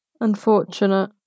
Unfortunate